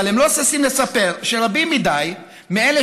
אבל הם לא ששים לספר שרבים מדי מאלה